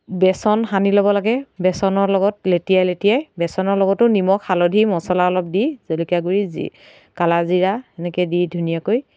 বেচন সানি ল'ব লাগে বেচনৰ লগত লেতিয়াই লেতিয়াই বেচনৰ লগতো নিমখ হালধি মছলা অলপ দি জলকীয়া গুড়ি জি ক'লাজিৰা এনেকৈ দি ধুনীয়াকৈ